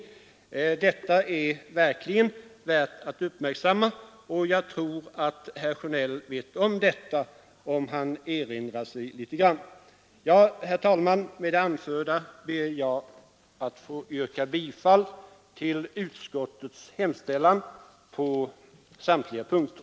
Detta är verkligen värt att uppmärksamma. Det tror jag också att herr Sjönell känner till, om han tänker närmare efter. främja industriellt utvecklingsarbete Herr talman! Med det anförda ber jag att få yrka bifall till utskottets hemställan på samtliga punkter.